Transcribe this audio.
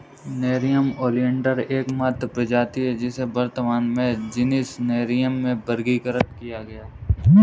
nerium oleander एकमात्र प्रजाति है जिसे वर्तमान में जीनस नेरियम में वर्गीकृत किया गया है